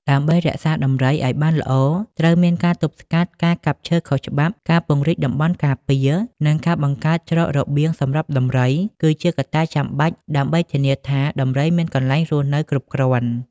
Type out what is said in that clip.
ដើម្បីរក្សាដំរីឲ្យបានល្អត្រូវមានការទប់ស្កាត់ការកាប់ឈើខុសច្បាប់ ការពង្រីកតំបន់ការពារ និងការបង្កើតច្រករបៀងសម្រាប់ដំរី គឺជាកត្តាចាំបាច់ដើម្បីធានាថាដំរីមានកន្លែងរស់នៅគ្រប់គ្រាន់។